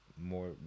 more